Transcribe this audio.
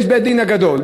יש בית-הדין הגדול.